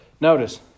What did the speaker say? Notice